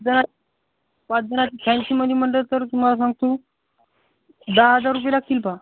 दहा पाच दहा फॅनशीमध्ये म्हटलं तर तुम्हाला सांगतो दहा हजार रुपये लागतील पाहा